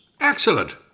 Excellent